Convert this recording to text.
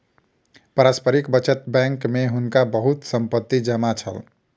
पारस्परिक बचत बैंक में हुनका बहुत संपत्ति जमा छल